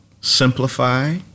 simplify